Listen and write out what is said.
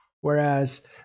Whereas